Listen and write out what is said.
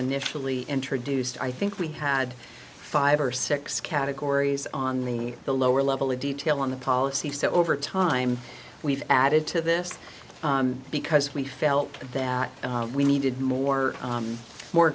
initially introduced i think we had five or six categories on the the lower level of detail on the policy so over time we've added to this because we felt that we needed more more